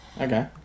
okay